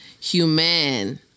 Human